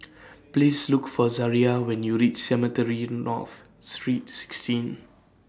Please Look For Zaria when YOU REACH Cemetry North Street sixteen